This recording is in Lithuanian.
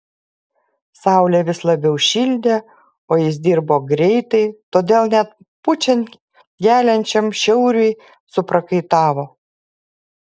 saulė vis labiau šildė o jis dirbo greitai todėl net pučiant geliančiam šiauriui suprakaitavo